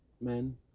men